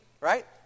right